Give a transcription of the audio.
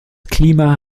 klima